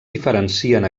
diferencien